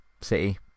City